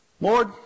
Lord